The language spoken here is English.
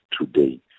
today